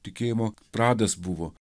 tikėjimo pradas buvo